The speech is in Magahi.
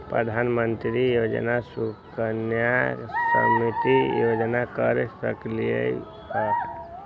प्रधानमंत्री योजना सुकन्या समृद्धि योजना कर सकलीहल?